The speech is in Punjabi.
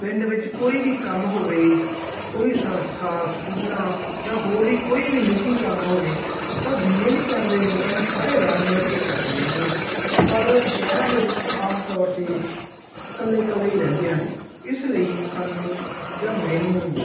ਪਿੰਡ ਵਿੱਚ ਕੋਈ ਵੀ ਕੰਮ ਹੋਵੇ ਕੋਈ ਸੰਸਥਾ ਸਕੂਲਾਂ ਜਾਂ ਹੋਰ ਵੀ ਕੋਈ ਵੀ ਨਿੱਜੀ ਕੰਮ ਹੋਵੇ ਤਾਂ ਜਿੰਨੇ ਵੀ ਪਿੰਡ ਦੇ ਲੋਕ ਹਨ ਸਾਰੇ ਰਲ ਮਿਲ ਕੇ ਕਰਦੇ ਹਨ ਪਰ ਸ਼ਹਿਰਾਂ ਦੇ ਵਿੱਚ ਆਮ ਤੌਰ 'ਤੇ ਇਕੱਲੇ ਇਕੱਲੇ ਹੀ ਰਹਿੰਦੇ ਹਨ ਇਸ ਲਈ ਸਾਨੂੰ ਜਾਂ ਮੈਨੂੰ